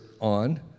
on